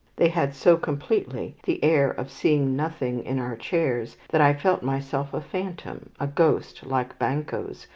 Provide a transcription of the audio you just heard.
they had so completely the air of seeing nothing in our chairs that i felt myself a phantom, a ghost like banquo's,